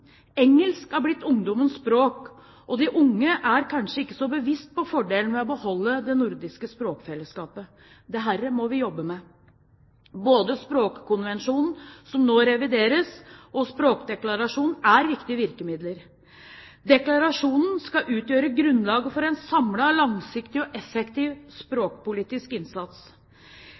Engelsk er blitt ungdommens språk, og de unge er kanskje ikke så bevisste på fordelen ved å beholde det nordiske språkfellesskapet. Dette må vi jobbe med. Både språkkonvensjonen, som nå revideres, og språkdeklarasjonen er viktige virkemidler. Deklarasjonen skal utgjøre grunnlaget for en samlet, langsiktig og effektiv språkpolitisk innsats.